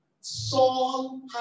Saul